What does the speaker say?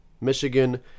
Michigan